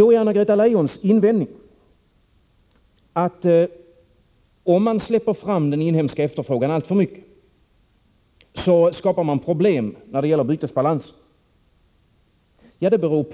Då är Anna-Greta Leijons invändning att om man släpper fram den inhemska efterfrågan alltför mycket, skapar man bytesbalansproblem. Det beror ju